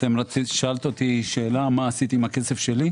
שאלת מה עשיתי בכסף שלי.